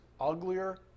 uglier